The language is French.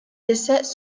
décès